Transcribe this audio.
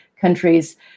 countries